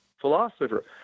philosopher